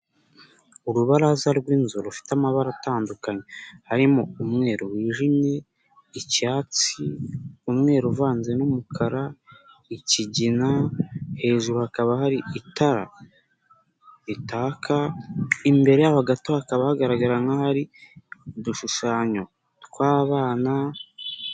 Urubaraza rw'inzu rufite amabara atandukanye, harimo umweru wijimye, icyatsi, umweru uvanze n'umukara, ikigina, hejuru hakaba hari itara ritaka, imbere y'aho gato hakaba hagaragara nkahari udushushanyo twabana,